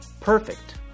perfect